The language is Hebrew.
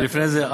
ולפני זה,